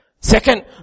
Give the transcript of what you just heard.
Second